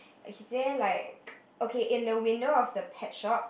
is there like okay in the window of the pet shop